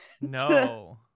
no